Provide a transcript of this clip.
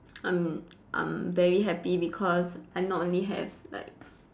I'm I'm very happy because I not only have like